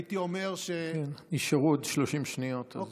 נשארו עוד 30 שניות.